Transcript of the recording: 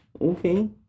Okay